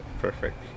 Perfect